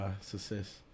success